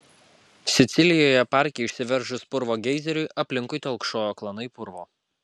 sicilijoje parke išsiveržus purvo geizeriui aplinkui telkšojo klanai purvo